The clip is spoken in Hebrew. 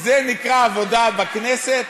זה נקרא עבודה בכנסת?